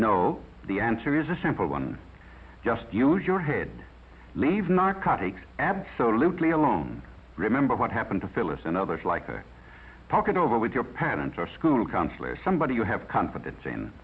know the answer is a simple one just use your head leave narcotics absolutely alone remember what happened to phyllis and others like her pocket over with your parents or a school counselor somebody you have confidence in